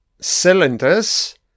Cylinders